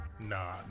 Nah